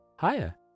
Hiya